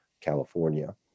California